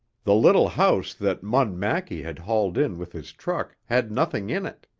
the little house that munn mackie had hauled in with his truck had nothing in it.